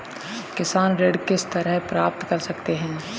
किसान ऋण किस तरह प्राप्त कर सकते हैं?